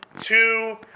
two